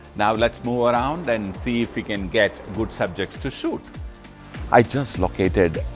now let's move around and see if we can get good subjects to shoot i just located